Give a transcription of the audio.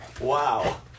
Wow